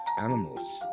animals